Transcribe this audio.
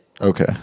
Okay